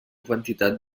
quantitat